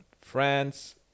France